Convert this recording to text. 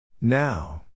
Now